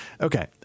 Okay